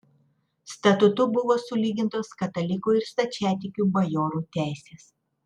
statutu buvo sulygintos katalikų ir stačiatikių bajorų teisės